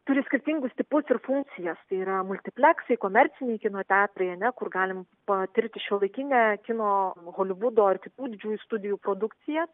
turi skirtingus tipus ir funkcijas tai yra multipleksai komerciniai kino teatrai ar ne kur galima patirti šiuolaikinę kino holivudo ar kitų didižųjų studijų produkcija